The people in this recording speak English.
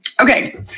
Okay